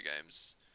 games